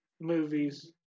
movies